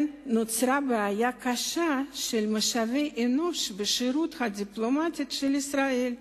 נוצרה בעיה קשה של משאבי אנוש בשירות הדיפלומטי של ישראל.